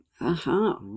Aha